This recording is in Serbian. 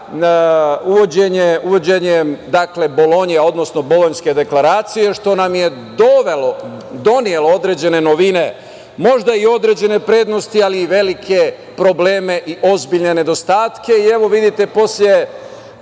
uvođenjem Bolonje, uvođenjem Bolonjske deklaracije, što nam je donelo određene novine, možda i određene prednosti, ali i velike probleme i ozbiljne nedostatke. Evo vidite, posle